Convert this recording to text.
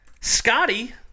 Scotty